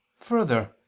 Further